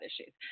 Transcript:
issues